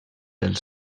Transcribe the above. els